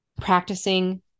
practicing